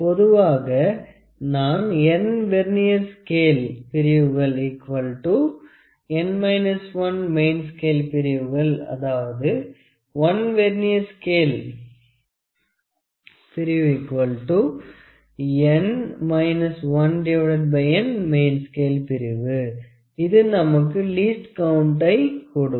பொதுவாக நான் n vernier scale பிரிவுகள் மெயின் ஸ்கேல் பிரிவுகள் அதாவது 1 வெர்னியர் ஸ்கேல் பிரிவு n மெயின் ஸ்கேல் பிரிவு இது நமக்கு லீஸ்ட் கவுண்ட்டை கொடுக்கும்